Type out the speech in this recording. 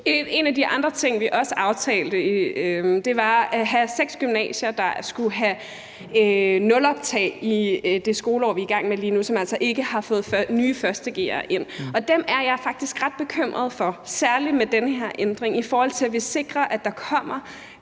En af de andre ting, vi også aftalte, var, at vi skulle have seks gymnasier, som skulle have et nuloptag i det skoleår, vi er i gang med lige nu, og som altså ikke har fået nye 1. g'ere ind. Og dem er jeg faktisk ret bekymret for, særlig med den her ændring, i forhold til at vi sikrer, at der kommer